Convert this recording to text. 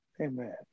Amen